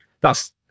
thats